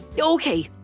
Okay